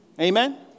Amen